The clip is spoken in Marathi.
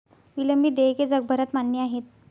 विलंबित देयके जगभरात मान्य आहेत